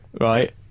Right